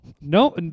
no